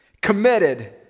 committed